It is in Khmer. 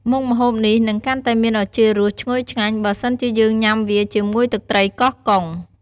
មុខម្ហូបនេះនឹងកាន់តែមានឱជារសឈ្ងុយឆ្ងាញ់ បើសិនជាយើងញុំាវាជាមួយទឹកត្រីកោះកុង។